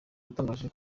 yatangaje